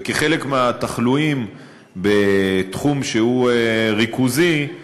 וכחלק מהתחלואים בתחום שהוא ריכוזי,